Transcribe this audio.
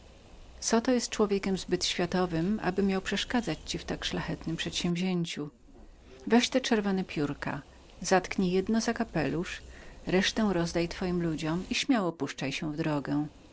wiadomości zoto jest człowiekiem zbyt poważającym naukę aby miał przeszkadzać ci w tak szlachetnem przedsięwzięciu weź te czerwone piórka zatknij jedno za twój kapelusz resztę rozdaj twoim ludziom i śmiało puszczaj się w drogę